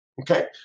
okay